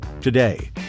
Today